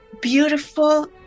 beautiful